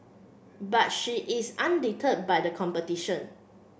but she is undeterred by the competition